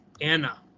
Anna